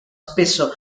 spesso